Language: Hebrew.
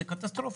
זה קטסטרופה.